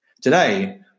Today